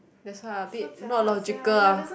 that's why I a bit not logical ah